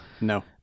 No